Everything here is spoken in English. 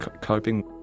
coping